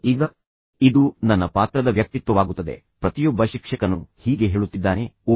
ಈಗ ಇದು ನನ್ನ ಪಾತ್ರದ ವ್ಯಕ್ತಿತ್ವವಾಗುತ್ತದೆ ಪ್ರತಿಯೊಬ್ಬ ಶಿಕ್ಷಕನು ಹೀಗೆ ಹೇಳುತ್ತಿದ್ದಾನೆ ಓಹ್